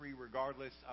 regardless